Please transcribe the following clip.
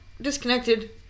disconnected